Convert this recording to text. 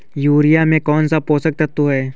Urea में कौन कौन से पोषक तत्व है?